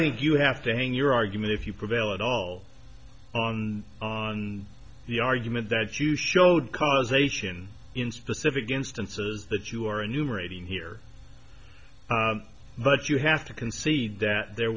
think you have to hang your argument if you prevail at all on the argument that you showed causation in specific instances that you are a new rating here but you have to concede that there